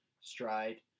stride